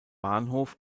bahnhof